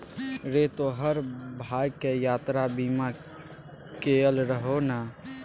रे तोहर भायक यात्रा बीमा कएल रहौ ने?